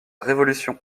révolution